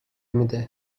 میده